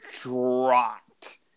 dropped